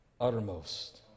uttermost